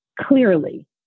clearly